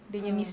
ah